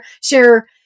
share